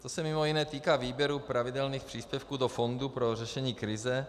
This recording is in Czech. To se mimo jiné týká výběru pravidelných příspěvků do Fondu pro řešení krize.